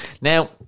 Now